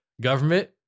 government